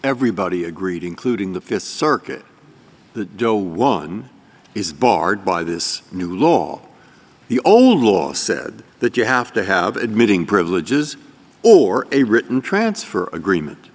everybody agreed including the th circuit the doe one is barred by this new law the only law said that you have to have admitting privileges or a written transfer agreement